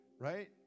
right